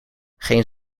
geen